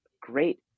great